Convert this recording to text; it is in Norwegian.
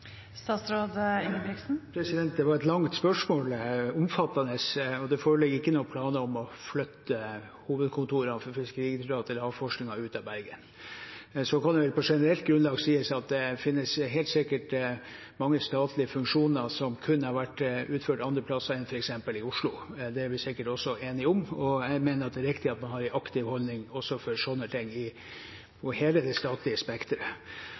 Det var et langt og omfattende spørsmål. Det foreligger ikke noen planer om å flytte hovedkontorene for Fiskeridirektoratet eller Havforskningsinstituttet ut av Bergen. Så kan det på generelt grunnlag sies at det helt sikkert finnes mange statlige funksjoner som kunne ha vært utført andre steder enn f.eks. i Oslo. Det er vi sikkert også enige om. Jeg mener at det er riktig at man har en aktiv holdning også til sånne ting og hele det statlige spekteret.